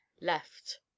left